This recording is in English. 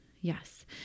yes